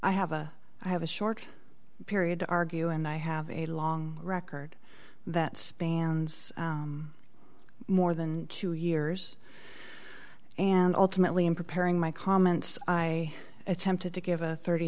i have a i have a short period to argue and i have a long record that spans more than two years and ultimately in preparing my comments i attempted to give